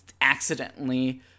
accidentally